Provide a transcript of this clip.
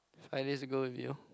five days ago with you